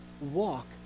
walk